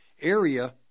area